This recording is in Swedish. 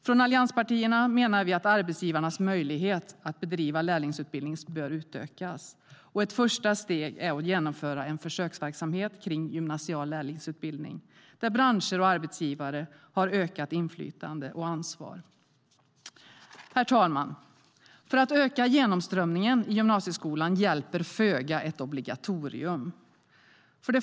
Från allianspartierna menar vi att arbetsgivarnas möjligheter att bedriva lärlingsutbildning bör utökas. Ett första steg är att genomföra en försöksverksamhet kring gymnasial lärlingsutbildning där branscher och arbetsgivare har ökat inflytande och ansvar. För att öka genomströmningen i gymnasieskolan hjälper föga ett obligatorium.